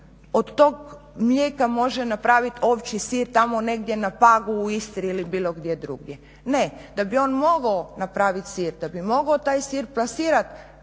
od tog mlijeka može napraviti ovčji sir tamo negdje na Pagu, u Istri ili bilo gdje drugdje. Ne, da bi on mogao napraviti sir, da bi mogao taj sir plasirati